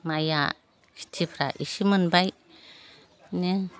माइआ खिथिफ्रा एसे मोनबाय बिदिनो